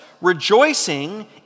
Rejoicing